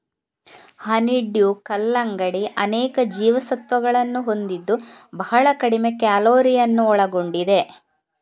honeydew ಕಲ್ಲಂಗಡಿ ಅನೇಕ ಜೀವಸತ್ವಗಳನ್ನು ಹೊಂದಿದ್ದು ಬಹಳ ಕಡಿಮೆ ಕ್ಯಾಲೋರಿಯನ್ನು ಒಳಗೊಂಡಿದೆ